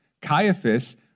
Caiaphas